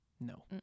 No